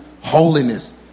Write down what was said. holiness